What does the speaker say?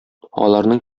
аларның